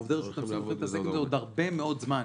הולכים להתעסק עם זה עוד הרבה מאוד זמן.